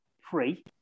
free